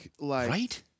Right